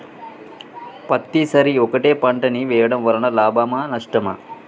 పత్తి సరి ఒకటే పంట ని వేయడం వలన లాభమా నష్టమా?